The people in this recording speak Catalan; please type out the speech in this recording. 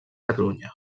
catalunya